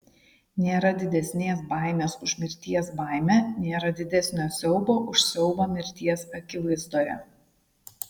nėra didesnės baimės už mirties baimę nėra didesnio siaubo už siaubą mirties akivaizdoje